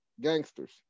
gangsters